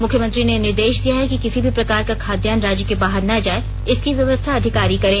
मुख्यमंत्री ने निर्देश दिया है कि किसी भी प्रकार का खाद्यान्न राज्य के बाहर ना जाए इसकी व्यवस्था अधिकारी करें